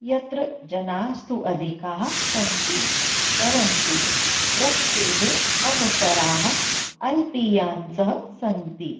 यत्र जनास्तु अधिकाः सन्ति परन्तु वृत्तेः अवसराः अल्पीयान् च सन्ति